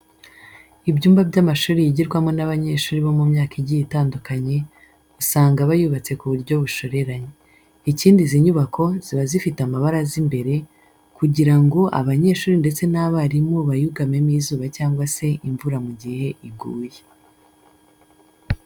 Ibyumba by'amashuri yigirwamo n'abanyeshuri bo mu myaka igiye itandukanye, usanga aba yubatse ku buryo bushoreranye. Ikindi izi nyubako ziba zifite amabaraza imbere, kugira ngo abanyeshuri ndetse n'abarimu bayugamemo izuba cyangwa se imvura mu gihe iguye.